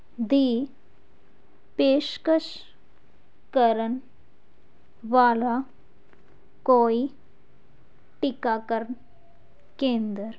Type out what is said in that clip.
ਦੀ ਪੇਸ਼ਕਸ਼ ਕਰਨ ਵਾਲਾ ਕੋਈ ਟੀਕਾਕਰਨ ਕੇਂਦਰ